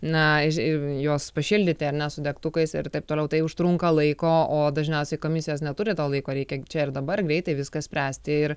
na ir juos pašildyti ar ne su degtukais ir taip toliau tai užtrunka laiko o dažniausiai komisijos neturi to laiko reikia čia ir dabar greitai viską spręsti ir